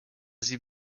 sie